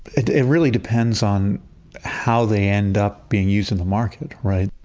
it it really depends on how they end up being used in the market. right?